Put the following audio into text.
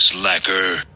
slacker